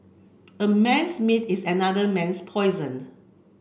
a man's meat is another man's poison